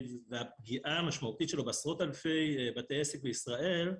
הפגיעה המשמעותית שלו בעשרות אלפי בתי עסק בישראל,